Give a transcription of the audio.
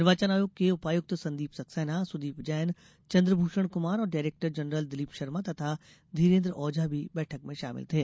निर्वाचन आयोग के उपायुक्त संदीप सक्सेना सुदीप जैन चंद्रभूषण कुमार और डायरेक्टर जनरल दिलीप शर्मा तथा धीरेन्द्र ओझा भी बैठक में शामिल थे